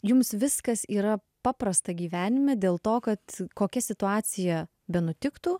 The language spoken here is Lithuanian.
jums viskas yra paprasta gyvenime dėl to kad kokia situacija benutiktų